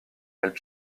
elles